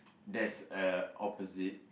there's a opposite